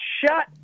shut